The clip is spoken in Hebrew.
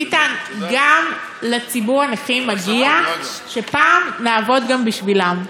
ביטן, לציבור הנכים מגיע שפעם נעבוד גם בשבילם.